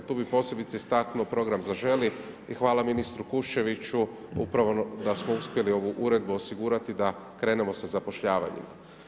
Tu bi posebice istaknuo program zaželi i hvala ministru Kuščeviću, upravo, da smo uspjeli ovu uredbu osigurati da krenemo sa zapošljavanjem.